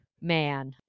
Man